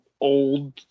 old